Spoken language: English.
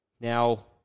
Now